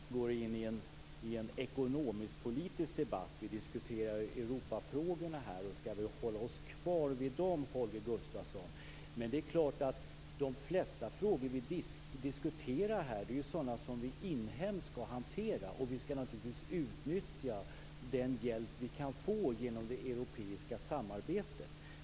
Fru talman! Vi skall akta oss för att gå in en ekonomisk-politisk debatt. Vi diskuterar ju Europafrågorna här och skall väl hålla oss kvar vid dem, Holger Gustafsson. Men det är klart att de flesta frågor som vi diskuterar här är ju inhemska, och vi skall naturligtvis utnyttja den hjälp vi kan få genom det europeiska samarbetet.